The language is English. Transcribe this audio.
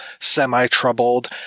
semi-troubled